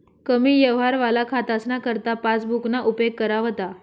कमी यवहारवाला खातासना करता पासबुकना उपेग करा व्हता